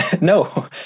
No